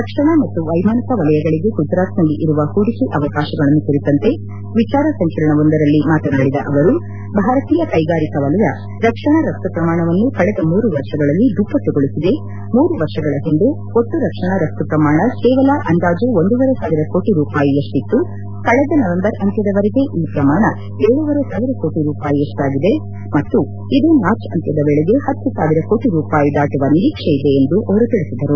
ರಕ್ಷಣಾ ಮತ್ತು ವೈಮಾನಿಕ ವಲಯಗಳಿಗೆ ಗುಜರಾತ್ನಲ್ಲಿ ಇರುವ ಹೂಡಿಕೆ ಅವಕಾಶಗಳನ್ನು ಕುರಿತಂತೆ ವಿಚಾರ ಸಂಕಿರಣವೊಂದರಲ್ಲಿ ಮಾತನಾಡಿದ ಅವರು ಭಾರತೀಯ ಕೈಗಾರಿಕಾ ವಲಯ ರಕ್ಷಣಾ ರಫ್ತು ಪ್ರಮಾಣವನ್ನು ಕಳೆದ ಮೂರು ವರ್ಷಗಳಲ್ಲಿ ದುಪ್ಪಟ್ಲುಗೊಳಿಸಿದೆ ಮೂರು ವರ್ಷಗಳ ಹಿಂದೆ ಒಟ್ಲು ರಕ್ಷಣಾ ರಫ್ತು ಪ್ರಮಾಣ ಕೇವಲ ಅಂದಾಜು ಒಂದೂವರೆ ಸಾವಿರ ಕೋಟ ರೂಪಾಯಿಯಷ್ಟಿತ್ತು ಕಳೆದ ನವೆಂಬರ್ ಅಂತ್ಯದವರೆಗೆ ಈ ಪ್ರಮಾಣ ಏಳೂವರೆ ಸಾವಿರ ಕೋಟಿ ರೂಪಾಯಿಯಷ್ಲಾಗಿದೆ ಮತ್ತು ಇದೇ ಮಾರ್ಚ್ ಅಂತ್ಯದ ವೇಳೆಗೆ ಹತ್ತು ಸಾವಿರ ಕೋಟ ರೂಪಾಯಿ ದಾಟುವ ನಿರೀಕ್ಷೆ ಇದೆ ಎಂದು ತಿಳಿಸಿದರು